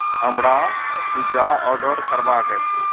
हमरा pizza order करबाक अछि